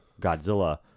Godzilla